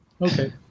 Okay